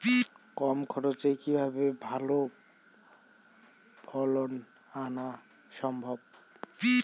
কম খরচে কিভাবে ভালো ফলন আনা সম্ভব?